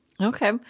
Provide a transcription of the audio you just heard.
okay